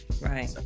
Right